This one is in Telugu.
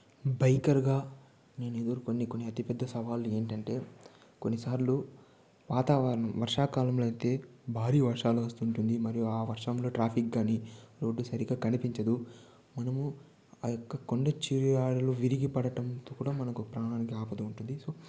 బైకర్ గా నేను ఎదుర్కొన్న కొన్ని కొన్ని అతి పెద్ద సవాళ్లు ఏంటంటే కొన్నిసార్లు వాతావరణం వర్షాకాలంలో అయితే భారీ వర్షాలు వస్తుంటుంది మరియు ఆ వర్షంలో ట్రాఫిక్ కాని రోడ్డు సరిగ్గా కనిపించదు మనము ఆ యొక్క కొండ చిరవాయలు విరిగిపడటం వల్ల కూడా మనకు ప్రాణానికి ఆపద ఉంటుంది సో